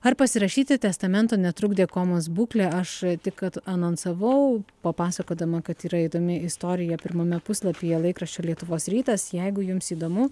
ar pasirašyti testamento netrukdė komos būklė aš tik kad anonsavau papasakodama kad yra įdomi istorija pirmame puslapyje laikraščio lietuvos rytas jeigu jums įdomu